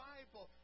Bible